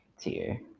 tier